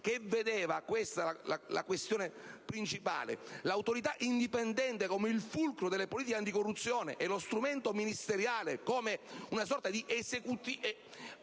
che vedeva - questa è la questione principale - l'Autorità indipendente come il fulcro delle politiche anticorruzione e lo strumento ministeriale come una sorta di espressione